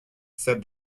said